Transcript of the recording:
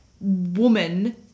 woman